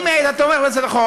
אם היא הייתה תומכת בהצעת החוק,